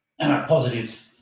positive